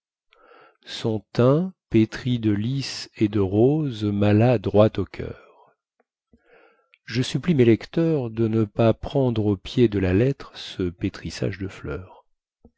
son teint pétri de lis et de roses malla droit au coeur je supplie mes lecteurs de ne pas prendre au pied de la lettre ce pétrissage de fleurs